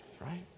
Right